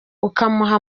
ukamuha